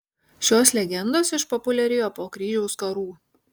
šios legendos išpopuliarėjo po kryžiaus karų